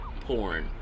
porn